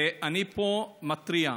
ואני פה מתריע: